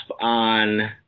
on